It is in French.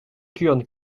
kurdes